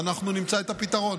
ואנחנו נמצא את הפתרון.